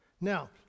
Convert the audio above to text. Now